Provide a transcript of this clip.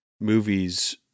movies